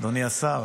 אדוני השר.